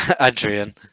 adrian